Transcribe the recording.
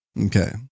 Okay